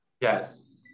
yes